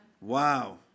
Wow